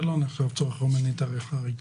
זה לא נחשב צורך הומניטרי חריג.